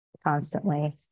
constantly